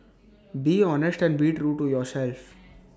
be honest and be true to yourself